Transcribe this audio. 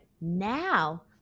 now